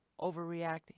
overreacting